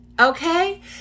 okay